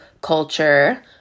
culture